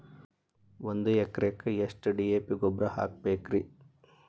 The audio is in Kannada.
ಒಂದು ಎಕರೆಕ್ಕ ಎಷ್ಟ ಡಿ.ಎ.ಪಿ ಗೊಬ್ಬರ ಹಾಕಬೇಕ್ರಿ?